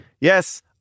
Yes